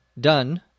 done